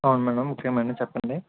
అవును మ్యాడమ్ ఏమైంది చెప్పండి